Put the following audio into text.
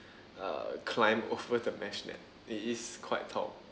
uh climb over the mesh net it is quite tall